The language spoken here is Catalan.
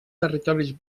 territoris